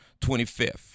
25th